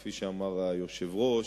כפי שאמר היושב-ראש,